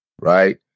Right